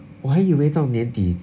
我还以为到年底